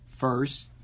First